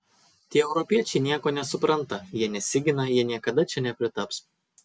tie europiečiai nieko nesupranta jie nesigina jie niekada čia nepritaps